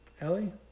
Ellie